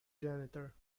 janitor